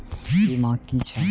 बीमा की छी ये?